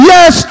Yes